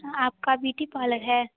हाँ आप का ब्यूटी पार्लर है